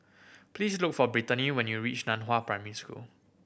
please look for Brittani when you reach Nan Hua Primary School